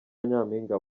nyampinga